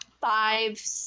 five